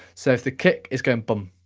so if the kick is going bum,